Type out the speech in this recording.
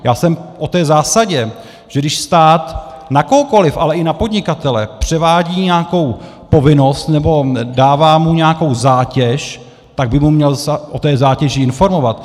Já jsem té zásady, že když stát na kohokoliv, ale i na podnikatele převádí nějakou povinnost nebo mu dává nějakou zátěž, tak by ho měl o té zátěži informovat.